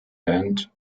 band